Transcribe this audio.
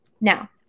Now